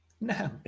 No